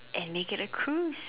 and make it a Cruise